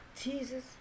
Jesus